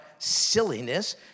silliness